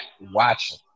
watching